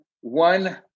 one